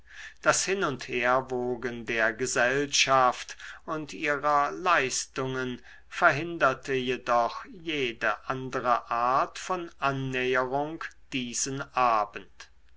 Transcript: das hin und herwogen der gesellschaft und ihrer leistungen verhinderte jedoch jede andere art von annäherung diesen abend